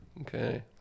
Okay